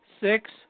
Six